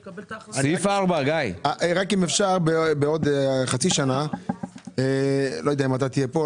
רק אם אפשר בעוד חצי שנה אני לא יודע אם אתה תהיה פה,